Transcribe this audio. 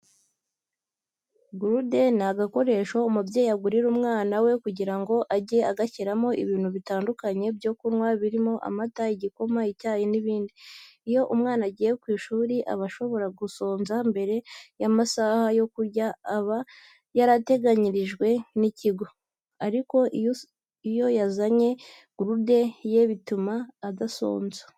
Gurude ni agakoresho umubyeyi agurira umwana we kugira ngo ajye agashyiramo ibintu bitandukanye byo kunywa birimo amata, igikoma, icyayi n'ibindi. Iyo umwana agiye ku ishuri aba ashobora gusonza mbere y'amasaha yo kurya aba yarateganyijwe n'ikigo. Ariko iyo yazanye gurude ye bituma adasonza.